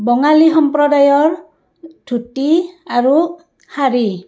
বঙালী সম্প্ৰদায়ৰ ধুতি আৰু শাড়ী